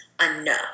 enough